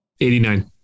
89